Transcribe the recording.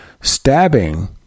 stabbing